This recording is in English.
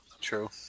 True